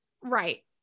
Right